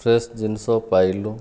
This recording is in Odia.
ଫ୍ରେସ ଜିନିଷ ପାଇଲୁ